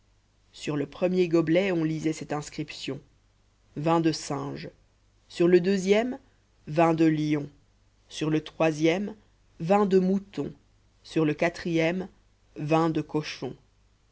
sur le premier gobelet on lisait cette inscription vin de singe sur le deuxième vin de lion sur le troisième vin de mouton sur le quatrième vin de cochon